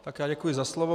Tak já děkuji za slovo.